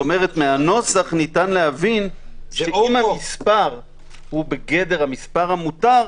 מהנוסח ניתן להבין שאם המספר הוא בגדר המספר המותר,